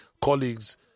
colleagues